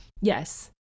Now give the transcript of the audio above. yes